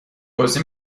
بازی